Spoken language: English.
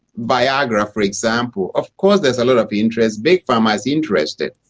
viagra for example, of course there's a lot of interest, big pharma is interested.